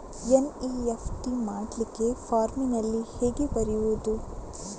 NEFT ಮಾಡ್ಲಿಕ್ಕೆ ಫಾರ್ಮಿನಲ್ಲಿ ಹೇಗೆ ಬರೆಯುವುದು?